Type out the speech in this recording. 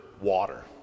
water